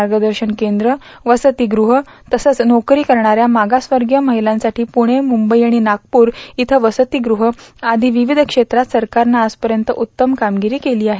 मार्गदर्शन केंद्र वसतिगृह तसंच नोकरी करणाऱ्या मागासवर्णीय महिलांसाठी पुणे मुंबई आणि नागपूर इथं वसतिगृह आदी विविध क्षेत्रात सरकारन आजपर्यंत उत्तम कामगिरी केली आहे